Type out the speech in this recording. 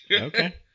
Okay